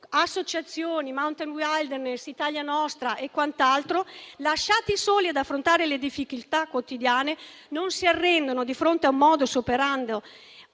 associazioni, come Mountain Wilderness, Italia Nostra e altre, lasciati soli ad affrontare le difficoltà quotidiane, non si arrendono di fronte al *modus operandi*